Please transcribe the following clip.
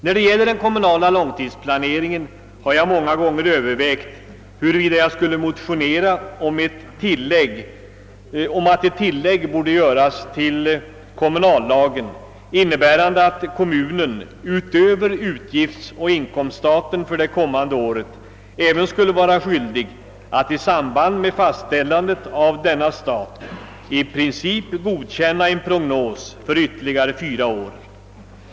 När det gäller den kommunala långtidsplaneringen har jag många gånger övervägt, huruvida jag skulle motionera om att ett tillägg borde göras till kommunallagen innebärande att en kommun utöver utgiftsoch inkomststat för det kommande året även skulle vara skyldig att i samband med fastställandet av denna stat i princip godkänna en prognos för ytterligare fyra år.